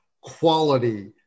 quality